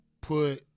put